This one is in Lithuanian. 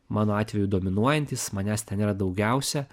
mano atveju dominuojantis manęs ten yra daugiausia